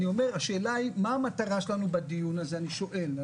השאלה היא מה המטרה שלנו בדיון הזה אני שואל.